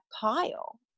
pile